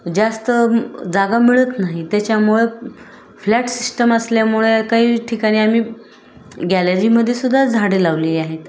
जास्त जागा मिळत नाही त्याच्यामुळे फ्लॅट सिस्टम असल्यामुळे काही ठिकाणी आम्ही गॅलरीमध्ये सुद्धा झाडे लावलेली आहेत